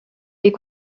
est